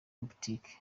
boutique